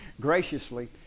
graciously